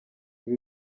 ibi